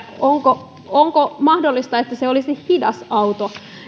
onko onko mahdollista että se olisi hidasauto